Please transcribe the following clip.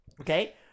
Okay